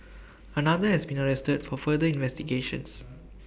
another has been arrested for further investigations